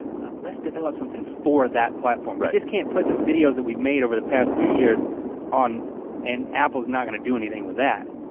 let's develop something for that platform right? we just can't put the videos that we made over the past few years on and apple's not gonna do anything with that.